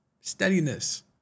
steadiness